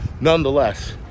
Nonetheless